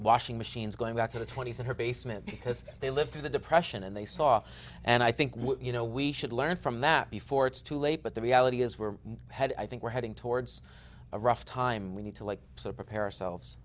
washing machines going back to the twenty's in her basement because they lived through the depression and they saw and i think you know we should learn from that before it's too late but the reality is we're headed i think we're heading towards a rough time we need to like prepare ourselves